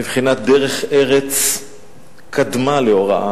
בבחינת דרך ארץ קדמה להוראה.